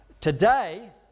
Today